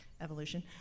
evolution